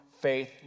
faith